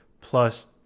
plus